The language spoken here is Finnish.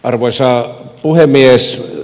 arvoisa puhemies